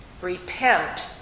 Repent